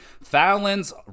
fallon's